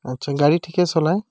আচ্ছা গাড়ী ঠিকেই চলায়